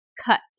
Cut